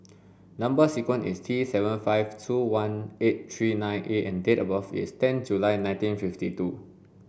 number sequence is T seven five two one eight three nine A and date of birth is ten July nineteen fifty two